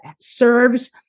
serves